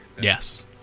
Yes